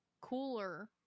cooler